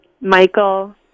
Michael